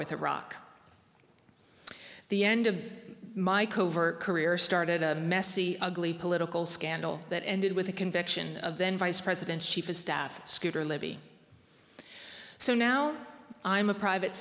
with iraq the end of my covert career started a messy ugly political scandal that ended with the conviction of then vice president's chief of staff scooter libby so now i'm a private